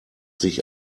sich